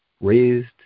raised